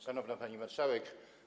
Szanowna Pani Marszałek!